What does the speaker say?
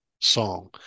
song